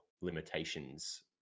limitations